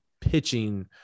pitching